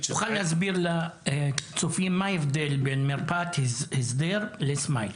תוכל להסביר לצופים מה ההבדל בין מרפאת הסדר לסמייל?